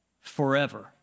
forever